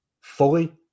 fully